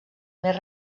més